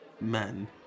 men